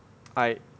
来